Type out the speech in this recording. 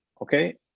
okay